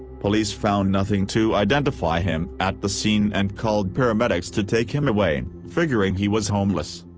police found nothing to identify him at the scene and called paramedics to take him away, figuring he was homeless.